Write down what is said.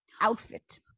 outfit